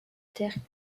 terre